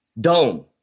dome